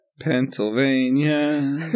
Pennsylvania